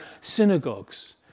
synagogues